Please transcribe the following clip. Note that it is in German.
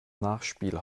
nachspiel